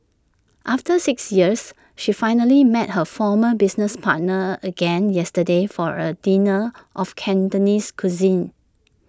after six years she finally met her former business partners again yesterday for A dinner of Cantonese cuisine